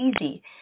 easy